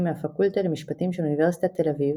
מהפקולטה למשפטים של אוניברסיטת תל אביב,